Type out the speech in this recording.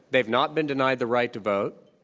they've not been denied the right to vote.